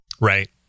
Right